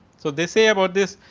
so, this say about this,